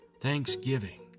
thanksgiving